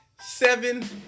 Seven